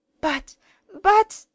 But—but